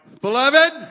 Beloved